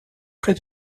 près